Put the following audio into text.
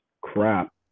crap